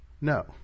No